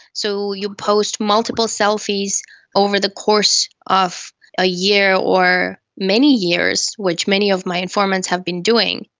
so you post multiple selfies over the course of a year or many years, which many of my informants have been doing,